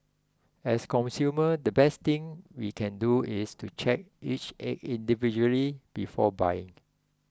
as consumers the best thing we can do is to check each egg individually before buying